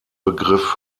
begriff